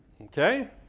okay